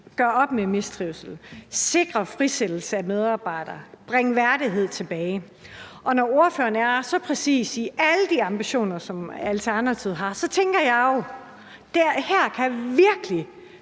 gøre op med mistrivsel, sikre frisættelse af medarbejdere og bringe værdighed tilbage. Og når ordføreren er så præcis i alle de ambitioner, som Alternativet har, tænker jeg jo, at her kan det